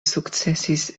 sukcesis